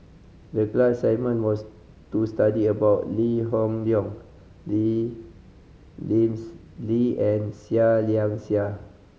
the class assignment was to study about Lee Hoon Leong Lee Lims Lee and Seah Liang Seah